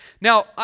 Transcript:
now